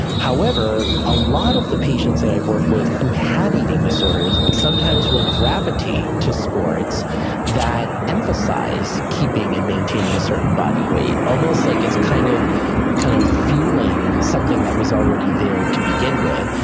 however, a lot of the patients that i work with who had eating disorders sometimes will gravitate to sports that emphasize keeping and maintaining a certain body weight. almost like it's kind of kind of fueling something that was already there to begin with,